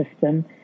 system